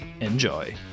Enjoy